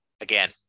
again